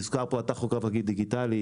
הוזכר פה הטכוגרף הדיגיטלי,